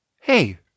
hey